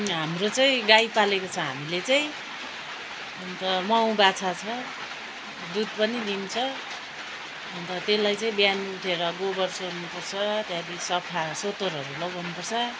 हाम्रो चाहिँ गाई पालेको छ हामीले चाहिँ अन्त माउ बाछा छ दुध पनि दिन्छ अन्त त्यसलाई चाहिँ बिहान उठेर गोबर सोहोर्नु पर्छ त्यहाँदेखि सफा सोत्तरहरू लगाउँनुपर्छ